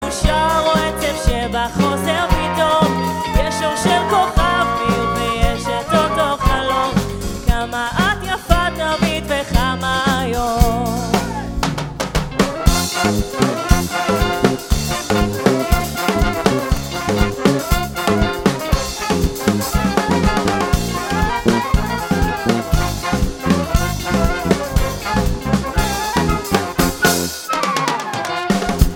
מאושר או עצב שבא חוזר פתאום יש אור של כוכב מאיר ויש את אותו חלום כמה את יפה תמיד וכמה היום.